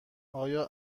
آیا